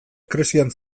krisian